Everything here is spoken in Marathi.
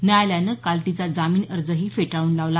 न्यायालयानं काल तिचा जामीन अर्जही फेटाळून लावला